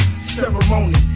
ceremony